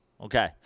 Okay